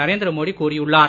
நரேந்திர மோடி கூறியுள்ளார்